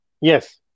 Yes